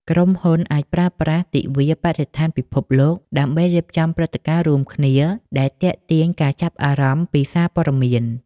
ក្រុមហ៊ុនអាចប្រើប្រាស់ទិវាបរិស្ថានពិភពលោក ដើម្បីរៀបចំព្រឹត្តិការណ៍រួមគ្នាដែលទាក់ទាញការចាប់អារម្មណ៍ពីសារព័ត៌មាន។